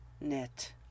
knit